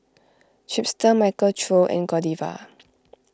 Chipster Michael Trio and Godiva